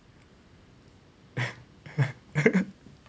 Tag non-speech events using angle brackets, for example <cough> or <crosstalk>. <laughs>